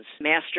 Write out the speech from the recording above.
master